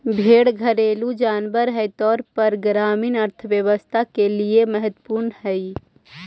भेंड़ घरेलू जानवर के तौर पर ग्रामीण अर्थव्यवस्था के लिए महत्त्वपूर्ण हई